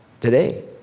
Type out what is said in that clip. today